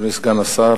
אדוני סגן השר,